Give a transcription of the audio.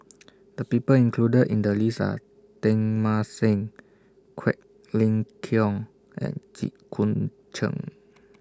The People included in The list Are Teng Mah Seng Quek Ling Kiong and Jit Koon Ch'ng